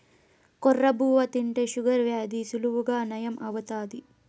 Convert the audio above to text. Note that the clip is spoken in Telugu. కొర్ర బువ్వ తింటే షుగర్ వ్యాధి సులువుగా నయం అవుతాది